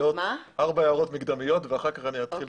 ארבע הערות מקדמיות ואחר כך אני אתייחס.